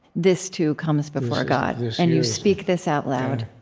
this, too, comes before god, and you speak this out loud.